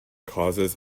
causes